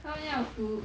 他们要读